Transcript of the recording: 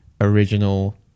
original